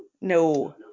no